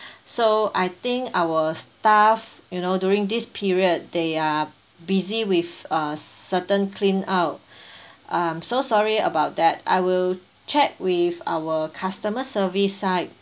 so I think our staff you know during this period they are busy with uh certain clean out I'm so sorry about that I will check with our customer service side